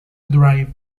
drive